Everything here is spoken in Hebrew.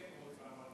אני מעודכן.